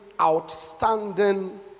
outstanding